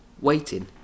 Waiting